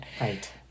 Right